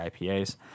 IPAs